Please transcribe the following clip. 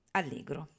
allegro